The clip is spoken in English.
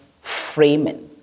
framing